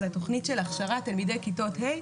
זה התכנית של הכשרת תלמידי כיתות ה'